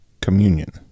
communion